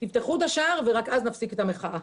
תפתחו את השער ורק אז נפסיק את המחאה.